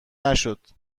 نشد